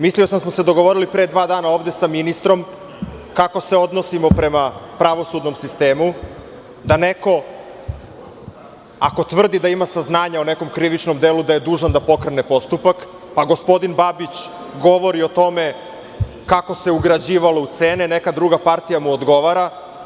Mislio sam da smo se dogovorili pre dva dana ovde sa ministrom kako se odnosimo prema pravosudnom sistemu, da neko, ako tvrdi da ima saznanja o nekom krivičnom delu, da je dužan da pokrene postupak, pa gospodin Babić govori o tome kako se ugrađivalo u cene, neka druga partija mu odgovara.